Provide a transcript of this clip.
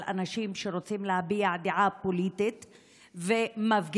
אנשים שרוצים להביע דעה פוליטית ומפגינים,